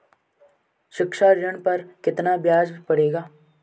शिक्षा ऋण पर कितना ब्याज पड़ेगा?